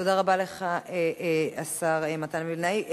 תודה רבה לך, השר מתן וילנאי.